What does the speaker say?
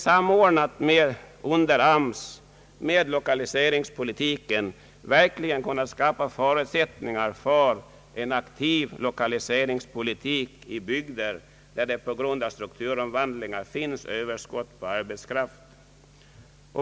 Samordnat genom AMS med lokaliseringspolitiken skulle detta verkligen kunna skapa förutsättningar för en aktiv lokaliseringspolitik i bygder där det på grund av strukturomvandlingar finns överskott på arbetskraft.